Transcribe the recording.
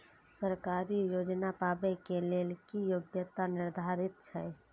सरकारी योजना पाबे के लेल कि योग्यता निर्धारित छै?